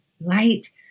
Light